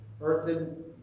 earthen